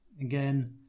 again